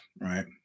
right